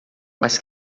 mas